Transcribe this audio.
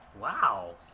Wow